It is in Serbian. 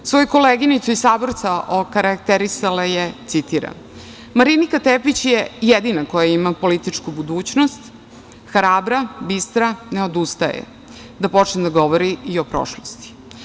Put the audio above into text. Svoju koleginicu iz saboraca okarakterisala je, citiram – Marinika Tepić je jedina koja ima političku budućnost, hrabra, bistra, ne odustaje da počne da govori i o prošlosti.